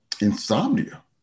insomnia